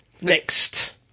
Next